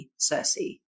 Cersei